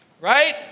Right